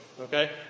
okay